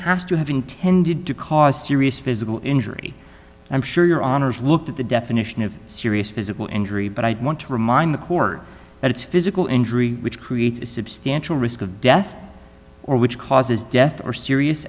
has to have intended to cause serious physical injury i'm sure your honour's looked at the definition of serious physical injury but i want to remind the court that it's physical injury which creates a substantial risk of death or which causes death or serious